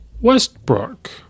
Westbrook